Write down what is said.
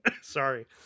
Sorry